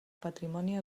patrimoni